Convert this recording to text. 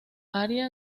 área